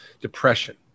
depression